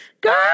girl